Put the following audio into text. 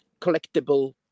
collectible